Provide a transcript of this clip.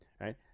right